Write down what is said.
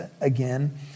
again